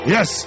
Yes